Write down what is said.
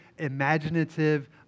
imaginative